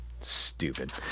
stupid